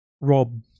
Rob